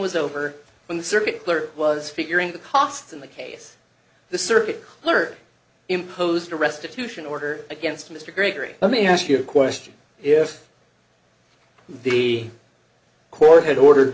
was over when the circuit clerk was figuring the cost in the case the circuit clerk imposed a restitution order against mr gregory let me ask you a question if the court had ordered